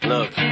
Look